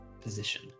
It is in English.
position